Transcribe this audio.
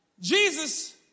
Jesus